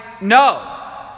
no